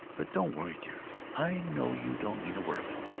but don't worry, dear i know you don't mean a word of it.